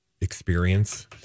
experience